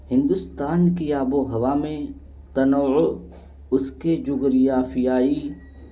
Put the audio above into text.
ہندوستان کی آب و ہوا میں تنور اس کے جغریافیائی